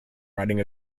riding